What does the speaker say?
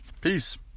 peace